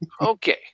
Okay